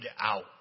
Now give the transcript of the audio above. out